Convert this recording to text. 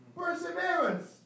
Perseverance